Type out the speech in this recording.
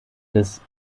des